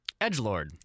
Edgelord